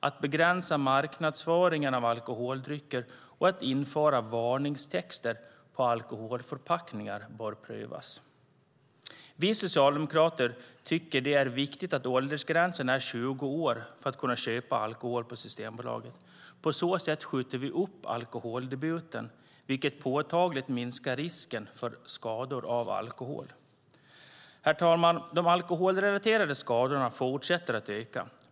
Att begränsa marknadsföringen av alkoholdrycker och att införa varningstexter på alkoholförpackningar bör prövas. Vi socialdemokrater tycker att det är viktigt att åldersgränsen är 20 år för att man ska kunna köpa alkohol på Systembolaget. På så sätt skjuter vi upp alkoholdebuten, vilket påtagligt minskar risken för skador av alkohol. Herr talman! De alkoholrelaterade skadorna fortsätter att öka.